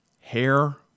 hair